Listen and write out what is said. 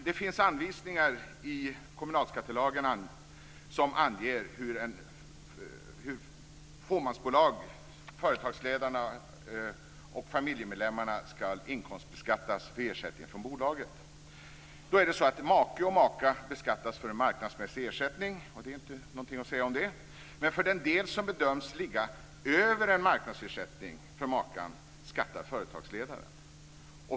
Det finns anvisningar i kommunalskattelagarna som anger hur företagsledarna i fåmansbolag och deras familjemedlemmar ska inkomstbeskattas för ersättning från bolaget. Make/maka beskattas för marknadsmässig ersättning. De är inte något att säga om det. Men för den del som bedöms ligga över en marknadsersättning för makan skattar företagsledaren.